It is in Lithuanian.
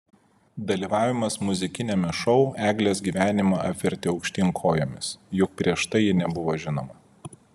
dalyvavimas muzikiniame šou eglės gyvenimą apvertė aukštyn kojomis juk prieš tai ji nebuvo žinoma